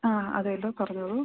ആ അതെല്ലോ പറഞ്ഞോളൂ